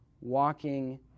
walking